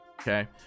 okay